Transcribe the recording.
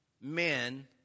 men